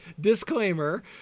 disclaimer